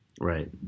Right